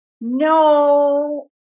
no